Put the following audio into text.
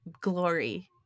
Glory